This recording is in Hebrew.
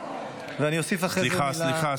ואני אוסיף אחרי זה מילה --- סליחה,